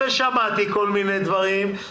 ושמעתי כל מיני דברים,